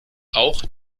auch